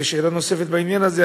ושאלה נוספת בעניין הזה,